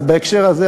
אז בהקשר הזה,